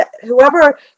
whoever